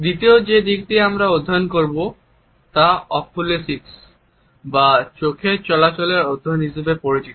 দ্বিতীয় যে দিকটি আমরা অধ্যয়ন করব তা অকুলেসিক্স বা চোখের চলাচলের অধ্যয়ন হিসাবে পরিচিত